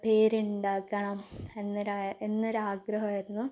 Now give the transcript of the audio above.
പേര് ഉണ്ടാക്കണം എന്നൊരു എന്നൊരാഗ്രഹമായിരുന്നു